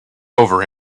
over